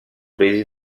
presi